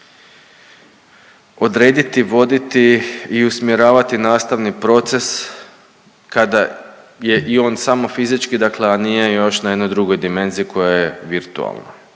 odrediti, voditi i usmjeravati nastavni proces kada je i on samo fizički, dakle a nije još na jednoj drugoj dimenziji koja je virtualna.